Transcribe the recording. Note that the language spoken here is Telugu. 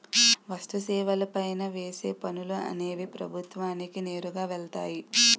వస్తు సేవల పైన వేసే పనులు అనేవి ప్రభుత్వానికి నేరుగా వెళ్తాయి